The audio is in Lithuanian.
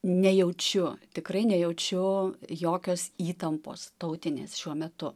nejaučiu tikrai nejaučiu jokios įtampos tautinės šiuo metu